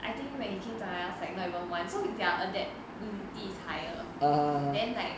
I think when he came to our house not even one so like their adaptability is higher then like